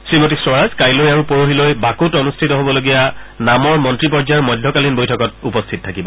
শ্ৰীমতী স্বৰাজ কাইলৈ আৰু পৰহিলৈ বাকুত অনুষ্ঠিত হবলগীয়া নামৰ মন্ত্ৰীপৰ্যায়ৰ মধ্যকালীন বৈঠকত উপস্থিত থাকিব